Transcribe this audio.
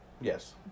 Yes